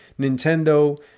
Nintendo